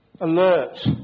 alert